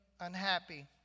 unhappy